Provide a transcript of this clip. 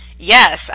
Yes